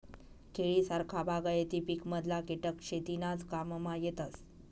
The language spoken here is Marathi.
केळी सारखा बागायती पिकमधला किटक शेतीनाज काममा येतस